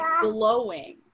glowing